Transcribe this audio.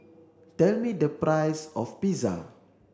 tell me the price of Pizza